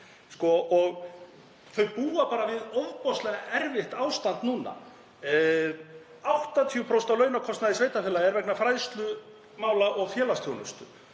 Þau búa bara við ofboðslega erfitt ástand núna. 80% af launakostnaði sveitarfélaga er vegna fræðslumála og félagsþjónustu.